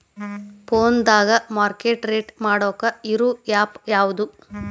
ಫೋನದಾಗ market rate ನೋಡಾಕ್ ಇರು ಆ್ಯಪ್ ಯಾವದು?